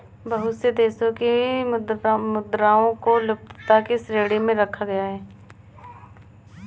बहुत से देशों की मुद्राओं को लुप्तता की श्रेणी में रखा गया है